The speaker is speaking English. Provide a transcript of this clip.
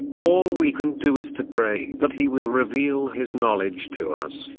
all we can do is to pray that he will reveal his knowledge to us.